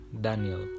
Daniel